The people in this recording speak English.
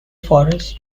forest